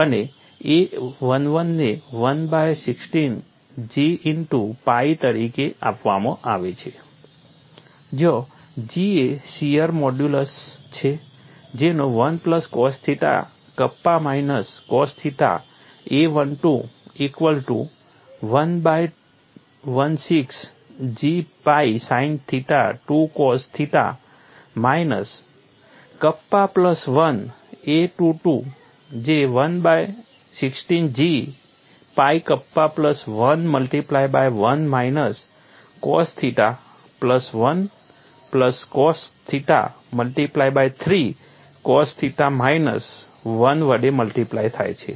અને a11 ને 1 by 16 G into pi તરીકે આપવામાં આવે છે જ્યાં G એ શિયર મોડ્યુલસ છે જેનો 1 plus cos theta kappa minus cos theta a12 equal to 1 by 16 G pi sine theta 2 cos theta minus kappa plus 1 a22 જે 1 by 16 G pi kappa plus 1 multiply by 1 minus cos theta plus 1 plus cos theta multiply by 3 cos theta minus 1 વડે multiply થાય છે